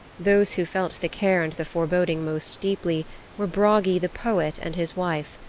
those who felt the care and the foreboding most deeply were bragi the poet and his wife,